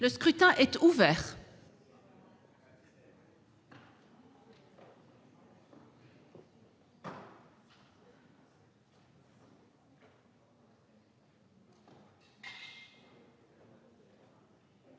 Le scrutin est ouvert.